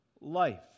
life